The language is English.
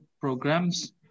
programs